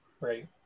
Right